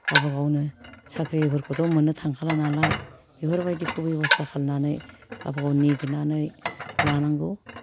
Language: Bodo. गावबा गावनो साख्रिफोखौथ' मोननो थांखाला नालाय बेफोरबायदिखौ बेब'स्था खालायनानै गावबा गाव नागिरनानै लानांगौ